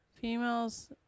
Females